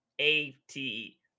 A-T